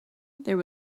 there